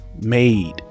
made